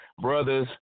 Brothers